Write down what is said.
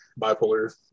bipolar